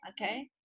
okay